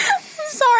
Sorry